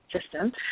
system